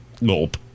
nope